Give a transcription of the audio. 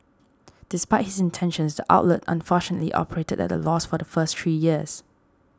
despite his intentions the outlet unfortunately operated at a loss for the first three years